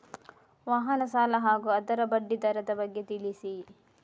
ವಾಹನ ಸಾಲ ಹಾಗೂ ಅದರ ಬಡ್ಡಿ ದರದ ಬಗ್ಗೆ ತಿಳಿಸಿ?